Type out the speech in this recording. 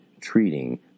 treating